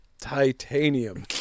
Titanium